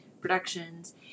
productions